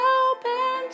open